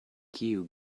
kiu